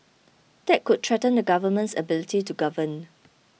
that could threaten the government's ability to govern